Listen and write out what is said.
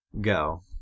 Go